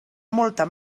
molta